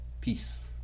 Peace